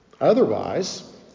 otherwise